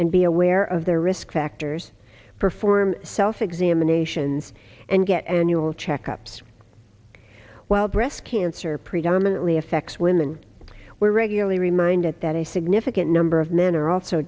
and be aware of their risk factors perform self examinations and get annual checkups while breast cancer predominantly affects women were regularly reminded that a significant number of men are also